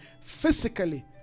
physically